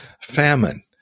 famine